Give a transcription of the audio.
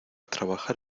trabajar